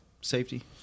safety